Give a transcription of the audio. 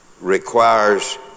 requires